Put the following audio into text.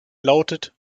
lautet